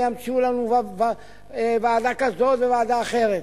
וימציאו לנו ועדה כזאת וועדה אחרת.